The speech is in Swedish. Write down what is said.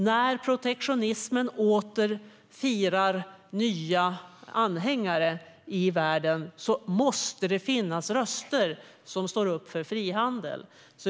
När protektionismen åter vinner nya anhängare i världen måste det finnas röster som står upp för frihandel.